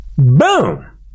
Boom